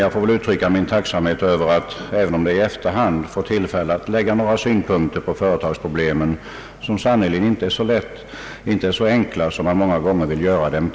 Jag vill ändå uttrycka min tacksamhet över att vi, även om det är i efterhand, får tillfälle att lägga några synpunkter på företagsproblemen, som sannerligen inte är så enkla som man många gånger vill göra dem.